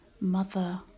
mother